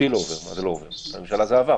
אותי זה לא עובר, את הממשלה זה עבר.